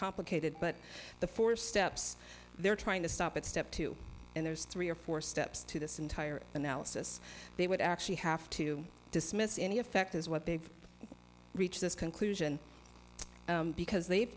complicated but the four steps they are trying to stop at step two and there's three or four steps to this entire analysis they would actually have to dismiss any effect is what they've reached this conclusion because they